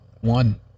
one